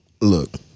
Look